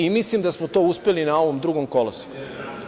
I mislim da smo to uspeli na ovom drugom koloseku.